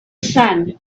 sun